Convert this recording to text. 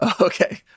Okay